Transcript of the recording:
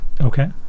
Okay